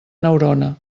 neurona